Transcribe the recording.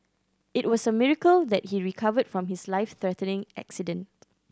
it was a miracle that he recovered from his life threatening accident